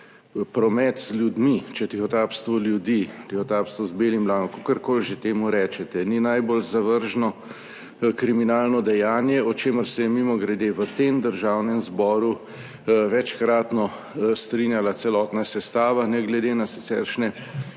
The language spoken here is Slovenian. promet z ljudmi, če tihotapstvo ljudi, tihotapstvo z belim blagom, kakorkoli že temu rečete, ni najbolj zavržno kriminalno dejanje o čemer se je mimogrede v tem Državnem zboru večkratno strinjala celotna sestava ne glede na siceršnje